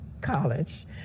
college